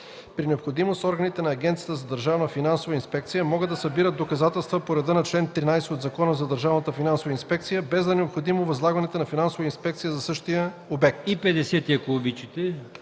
При необходимост органите на Агенцията за държавна финансова инспекция могат да събират доказателства по реда на чл. 13 от Закона за държавната финансова инспекция, без да е необходимо възлагането на финансова инспекция за същия обект.”